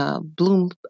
Bloom